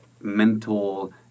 mental